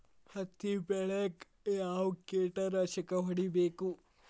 ಹತ್ತಿ ಬೆಳೇಗ್ ಯಾವ್ ಕೇಟನಾಶಕ ಹೋಡಿಬೇಕು?